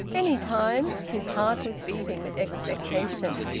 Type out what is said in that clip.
any time. his heart was beating with expectation.